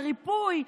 על ריפוי,